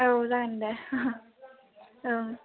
औ जागोन दे औ